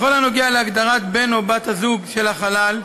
בכל הנוגע להגדרת בן או בת הזוג של החלל,